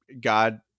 God